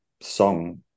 song